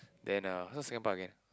then ah also Singapore again